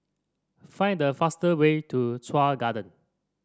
find the fastest way to Chuan Garden